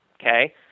okay